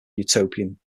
utopian